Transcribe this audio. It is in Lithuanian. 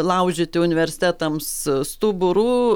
laužyti universitetams stuburų